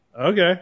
Okay